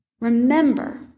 Remember